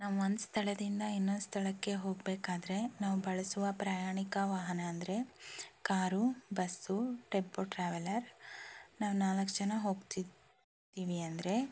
ನಾವು ಒಂದು ಸ್ಥಳದಿಂದ ಇನ್ನೊಂದು ಸ್ಥಳಕ್ಕೆ ಹೋಗಬೇಕಾದ್ರೆ ನಾವು ಬಳಸುವ ಪ್ರಯಾಣಿಕ ವಾಹನ ಅಂದರೆ ಕಾರು ಬಸ್ಸು ಟೆಂಪೋ ಟ್ರಾವೆಲರ್ ನಾವು ನಾಲ್ಕು ಜನ ಹೋಗ್ತಿದ್ದೀವಿ ಅಂದರೆ